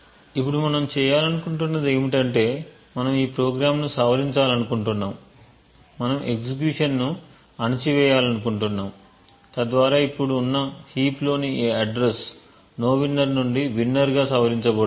ఇప్పుడు మనం చేయాలనుకుంటున్నది ఏమిటంటే మనం ఈ ప్రోగ్రామ్ను సవరించాలనుకుంటున్నాము మనము ఎగ్జిక్యూషన్ ను అణచివేయాలనుకుంటున్నాము తద్వారా ఇప్పుడు ఉన్న హీప్ లోని ఈ అడ్రస్ nowinner నుండి winner గా సవరించబడుతుంది